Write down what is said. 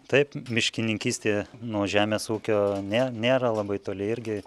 taip miškininkystė nuo žemės ūkio ne nėra labai toli irgi